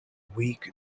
weak